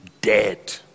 dead